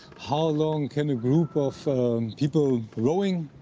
how long can a group of people rowing,